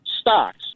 stocks